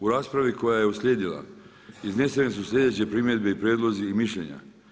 U raspravi koja je uslijedila, iznesene su sljedeće primjedbe i prijedlozi i mišljenja.